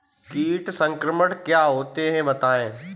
कीट संक्रमण क्या होता है बताएँ?